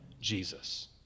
Jesus